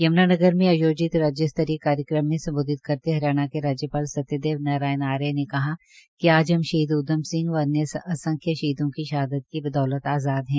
यम्नानगर में आयोजित राज्य स्तरीय कार्यक्रम में सम्बोधित करते हये हरियाणा के राज्यपाल सत्यदेव नारायण आर्य ने कहा कि आज हम शहीद उद्यम सिंह व अन्य असंख्य शहीदों को शहादत की बदौलत आज़ाद है